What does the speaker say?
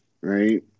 right